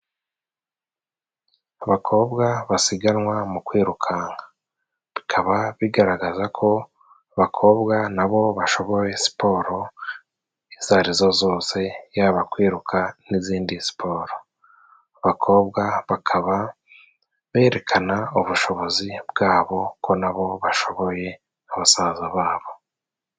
Abakobwa basiganwa mu kwirukanka. Bikaba bigaragaza ko abakobwa nabo bashoboye siporo izo arizo zose, yaba kwiruka n'izindi siporo. Abakobwa bakaba berekana ubushobozi bwabo ko na bo bashoboye nka basaza ba bo.